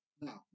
Now